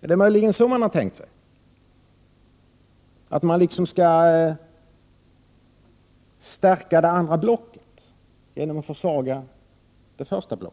Är det möjligen så man har tänkt sig, att man skall stärka det ena blocket genom att försvaga det andra?